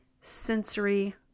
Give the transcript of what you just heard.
sensory